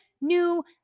new